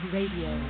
Radio